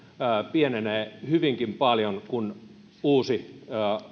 pienenevät hyvinkin paljon kun uusi